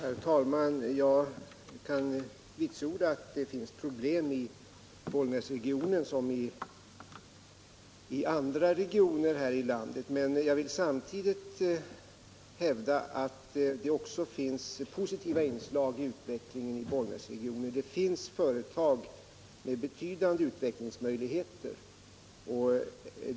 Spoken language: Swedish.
Herr talman! Jag kan vitsorda att det finns problem i Bollnäsregionen, som i andra regioner här i landet. Men jag vill samtidigt hävda att det också finns positiva inslag i utvecklingen i Bollnäsregionen. Det finns företag med betydande utvecklingsmöjligheter.